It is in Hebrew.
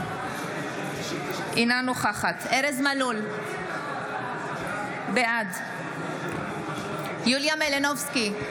אינה נוכחת ארז מלול, בעד יוליה מלינובסקי,